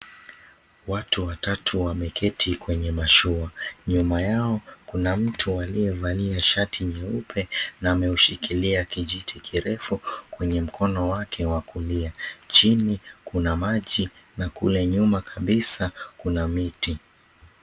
Watu watatu wameketi kwenye mashua. Nyuma yao kuna mtu aliyevalia shati nyeupe na ameushikilia kijiti kirefu kwenye mkono wake wa kulia. Chini kuna maji na kule nyuma kabisa kuna miti.